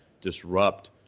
disrupt